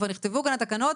כבר נכתבו כאן התקנות.